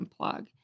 unplug